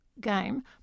game